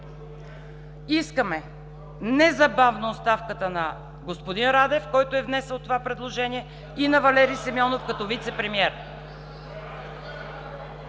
искаме незабавно оставката на господин Радев, който е внесъл това предложение, и на Валери Симеонов като вицепремиер.